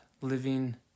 living